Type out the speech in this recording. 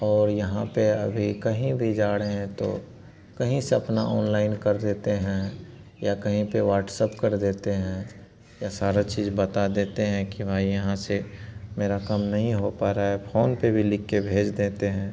और यहाँ पर अभी कहीं भी जा रहे हैं तो कहीं से अपना ओनलाइन कर देते हैं या कहीं पर व्हाट्सअप कर देते हैं या सारी चीज़ बता देते हैं कि भाई यहाँ से मेरा काम नहीं हो पा रहा है फोन पर भी लिखकर भेज देते हैं